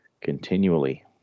continually